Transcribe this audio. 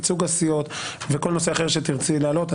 ייצוג הסיעות וכל נושא אחר שתרצי להעלות.